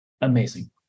amazing